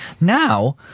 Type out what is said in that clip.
Now